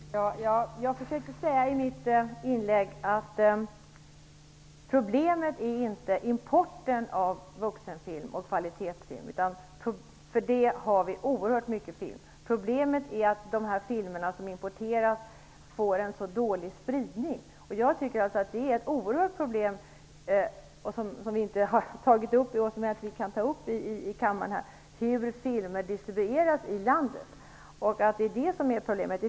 Herr talman! Jag försökte att säga i mitt inlägg att problemet inte är importen av vuxenfilm och kvalitetsfilm, utan problemet är att de importerade filmerna får en så dålig spridning. Ett oerhört problem, som vi kan ta upp och diskutera här i kammaren, är hur filmer distribueras i landet. Det är det som är problemet.